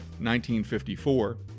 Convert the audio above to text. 1954